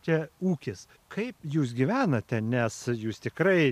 čia ūkis kaip jūs gyvenate nes jūs tikrai